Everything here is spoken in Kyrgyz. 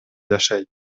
жашайт